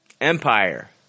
Empire